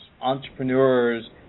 entrepreneurs